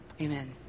amen